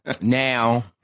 Now